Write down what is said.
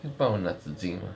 可以帮我拿纸巾吗